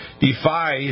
defy